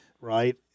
Right